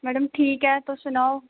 madam ठीक ऐ तुस सनाओ